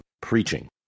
preaching